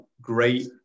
great